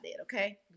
okay